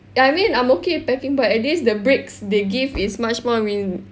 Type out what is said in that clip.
I mean I'm okay with packing but at least the breaks they give is much more rea~